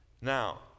Now